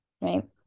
right